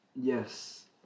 yes